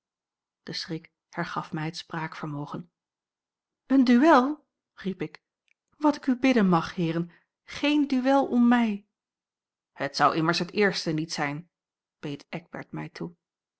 de schrik hergaf mij het spraakvermogen een duel riep ik wat ik u bidden mag heeren geen duel om mij het zou immers het eerste niet zijn beet eckbert mij toe